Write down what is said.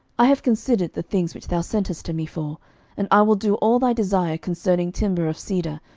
i have considered the things which thou sentest to me for and i will do all thy desire concerning timber of cedar,